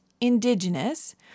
Indigenous